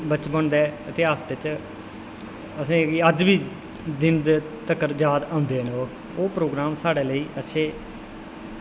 बचपन दै इतिहास बिच्च असेंगी अज्ज बी दिन तक्कर बी याद होंदे न ओह् ओह् प्रोग्राम साढ़े लेई अच्छे